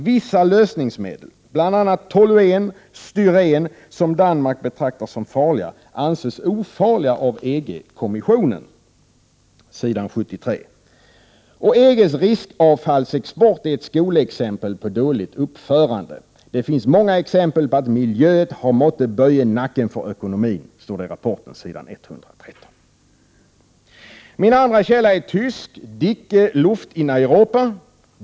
Vidare: ”Vissa lösningsmedel — bl.a. toluen, styren — som Danmark betraktar som farliga, anses ofarliga av EG-kommissionen.” Detta kan läsas på s. 73. EG:s riskavfallsexport är ett skolexempel på dåligt uppförande. Det finns många exempel på att ”miljöet har måttet böje nacken för ökonomien”. Detta står på s. 113. Min andra källa är tysk: ”Dicke Luft in Europa”.